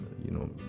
you know,